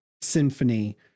symphony